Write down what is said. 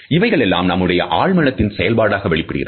இவைகளெல்லாம் நம்முடைய ஆழ்மனத்தின் செயல்பாடாக வெளிப்படுகிறது